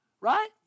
Right